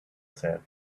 said